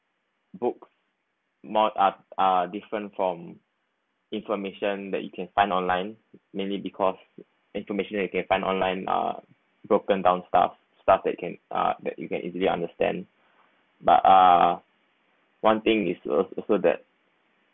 book mark uh uh different from information that you can find online mainly because information that you can find online uh broken down stuff stuff that can uh that you can easily understand but uh one thing is also that